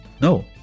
no